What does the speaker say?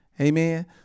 Amen